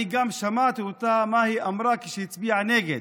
אני גם שמעתי מה היא אמרה כשהיא הצביעה נגד.